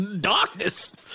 Darkness